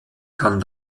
kann